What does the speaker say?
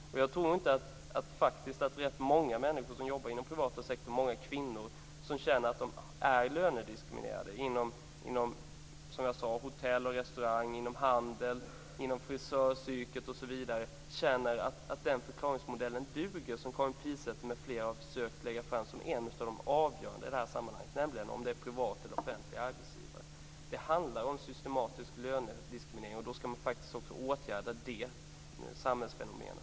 Jag tror att många kvinnor som jobbar inom den privata sektorn - inom hotell och restaurang, inom handel, inom frisöryrket osv. - som tycker att de är lönediskriminerade känner att den förklaringsmodell som Karin Pilsäter m.fl. har försökt lägga fram som en av de avgörande i detta sammanhang, nämligen att skillnaden beror på om arbetsgivaren är privat eller offentlig, inte duger. Det handlar om systematisk lönediskriminering, och då skall man faktiskt också åtgärda det samhällsfenomenet.